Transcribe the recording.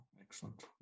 Excellent